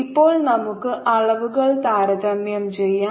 ഇപ്പോൾ നമുക്ക് അളവുകൾ താരതമ്യം ചെയ്യാം